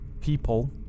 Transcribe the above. people